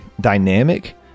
dynamic